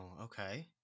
okay